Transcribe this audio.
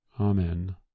amen